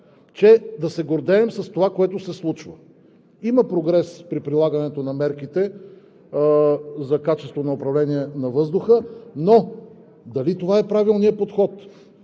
че да се гордеем с това, което се случва! Има прогрес при прилагането на мерките за качеството на управление на въздуха, но дали това е правилният подход,